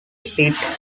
seat